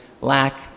lack